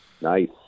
Nice